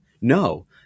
No